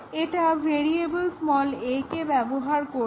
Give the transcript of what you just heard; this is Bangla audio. এটা ভেরিয়েবল a কে ব্যবহার করছে